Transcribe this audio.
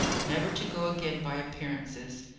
never to go again by appearances.